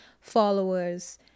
followers